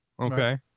Okay